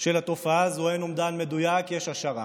של התופעה הזו אין אומדן מדויק, יש השערה,